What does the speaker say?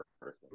person